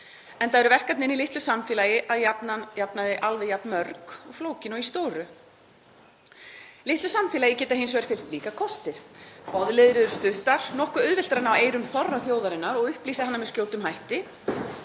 enda eru verkefnin í litlu samfélagi að jafnaði alveg jafn mörg og flókin og í stóru. Litlu samfélagi geta hins vegar líka fylgt kostir; boðleiðir eru stuttar, nokkuð auðvelt er að ná eyrum þorra þjóðarinnar og upplýsa hana með skjótum hætti,